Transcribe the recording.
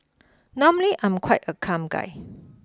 normally I'm quite a calm guy